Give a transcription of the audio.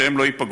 שהם לא ייפגעו,